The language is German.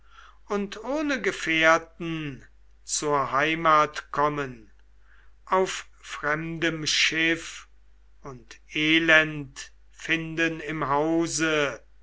und ohne gefährten zur heimat kehren auf fremdem schiff und elend finden im hause